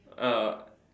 A